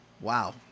Wow